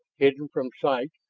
hidden from sight,